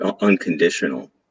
unconditional